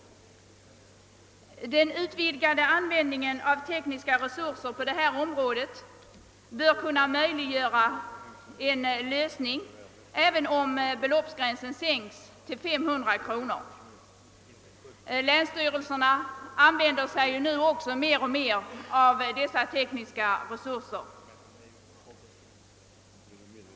Den utvidgade användningen av tekniska resurser på det här området bör kunna möjliggöra en lösning även om beloppgränsen sänks till 500 kronor. Länsstyrelserna använder sig nu också mer och mer av dessa tekniska resurser.